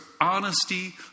honesty